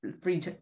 free